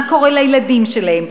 מה קורה לילדים שלהם?